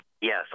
Yes